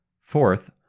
Fourth